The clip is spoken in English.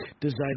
design